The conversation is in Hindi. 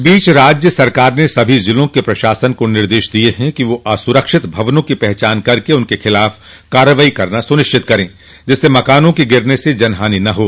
इस बीच राज्य सरकार ने सभी जिले प्रशासन क निर्देशित किया है कि वे असुरक्षित भवनों की पहचान कर उनके खिलाफ कार्रवाई करना सुनिश्चित करे जिससे मकानों के गिरने से जनहानि न हो